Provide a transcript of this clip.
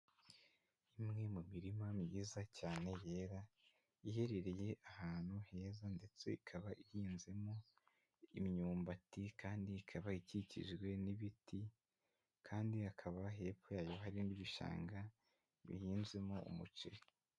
Imwe mu mirima myiza cyane yera, iherereye ahantu heza ndetse ikaba ihinzemo imyumbati, kandi ikaba ikikijwe n'ibiti, kandi hakaba hepfo yayo hari n'ibishanga bihinzemo umuceri.